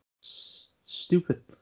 Stupid